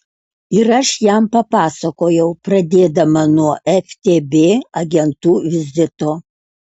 ir aš jam papasakojau pradėdama nuo ftb agentų vizito